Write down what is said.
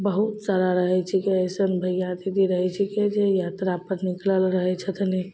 बहुत सारा रहय छीकै एसन भैया दीदी रहय छीकै जे यात्रापर निकलल रहय छथनी